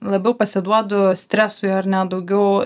labiau pasiduodu stresui ar ne daugiau